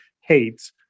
hates